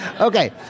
Okay